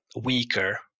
weaker